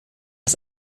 das